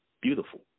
beautiful